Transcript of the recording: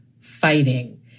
fighting